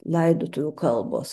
laidotuvių kalbos